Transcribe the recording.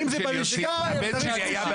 אם זה בלשכה, יש תעריף שלישי.